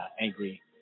angry